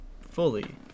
fully